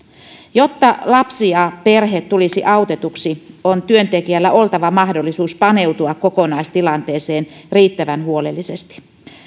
jotta lapsi ja perhe tulisi autetuksi on työntekijällä oltava mahdollisuus paneutua kokonaistilanteeseen riittävän huolellisesti